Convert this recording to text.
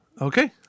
Okay